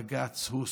בג"ץ הוא שמאל,